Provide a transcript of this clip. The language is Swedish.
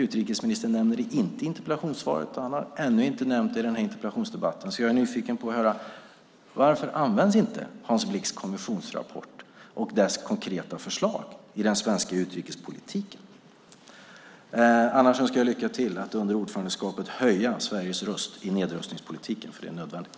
Utrikesministern nämner inte detta i interpellationssvaret och har ännu inte nämnt det i den här interpellationsdebatten, så jag är nyfiken på att få höra varför Hans Blix kommissionsrapport och de konkreta förslagen där inte används i den svenska utrikespolitiken. För övrigt önskar jag lycka till med att under ordförandeskapet höja Sveriges röst i nedrustningspolitiken, för det är nödvändigt.